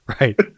right